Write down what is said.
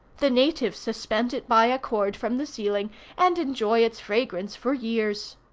the natives suspend it by a cord from the ceiling and enjoy its fragrance for years.